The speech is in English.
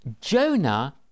Jonah